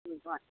ꯍꯣꯏ